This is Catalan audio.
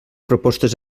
propostes